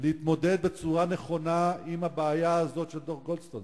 להתמודד בצורה נכונה עם הבעיה הזאת של דוח גולדסטון,